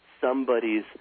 somebody's